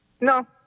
No